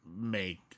make